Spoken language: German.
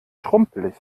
schrumpelig